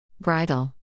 bridle